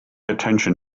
attention